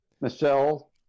Michelle